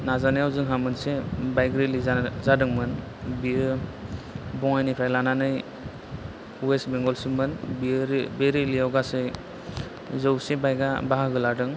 नाजानायाव जोंहा मोनसे बाइक रिलि जा जादोंमोन बेयो बङाइनिफाय लानानै अवेज बेंगलसिममोन बेयो रि बे रिलियाव गासै जौसे बाइकआ बाहागो लादों